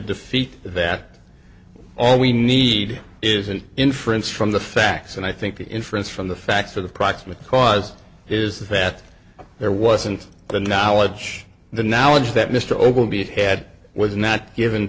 defeat that all we need is an inference from the facts and i think the inference from the facts of the proximate cause is that there wasn't the knowledge the knowledge that mr o b s had was not given